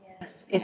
Yes